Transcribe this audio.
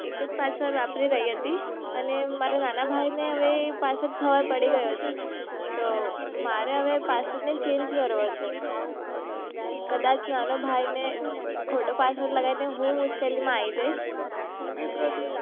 એક જ પાસવડ વાપરી રહી હતી અને મારા નાના ભાઈને હવે એ પાસવડ ખબર પડી ગયો છે તો મારે હવે પાસવર્ડને ચેન્જ કરવો છે તો કદાચ નાનો ભાઈને ખોટો પાસવર્ડ લગાવી દે હું મુશ્કેલીમાં આવી જઈશ અને